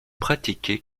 pratiqué